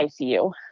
icu